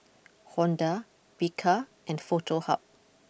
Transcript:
Honda Bika and Foto Hub